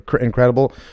incredible